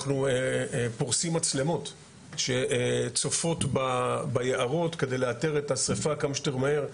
אנחנו פורסים מצלמות שפרוסות ביערות כדי לאתר את השריפה כמה שיותר מהר,